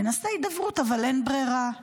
ננסה הידברות, אבל אין ברירה";